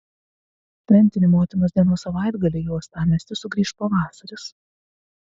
šventinį motinos dienos savaitgalį į uostamiestį sugrįš pavasaris